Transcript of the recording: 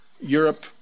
Europe